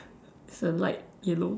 it's a light yellow